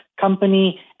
company